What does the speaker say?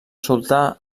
sultà